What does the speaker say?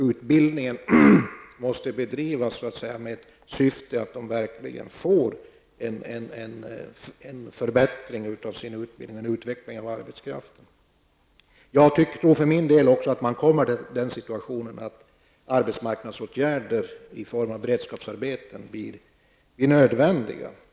Utbildningen måste bedrivas med syfte att verkligen åstadkomma en förbättring och en utveckling av arbetskraften. Jag har för min del också tyckt att vi börjar komma i den situationen att arbetsmarknadsåtgärder i form av beredskapsarbeten blir nödvändiga.